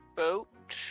boat